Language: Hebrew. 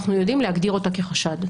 אנחנו יודעים להגדיר אותה כחשד.